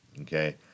Okay